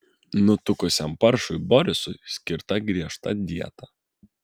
nutukusiam paršui borisui skirta griežta dieta